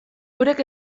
eurek